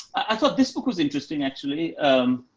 i thought this book was interesting actually. um,